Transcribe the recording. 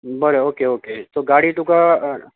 बरें okay okay so गाडी तुका